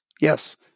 Yes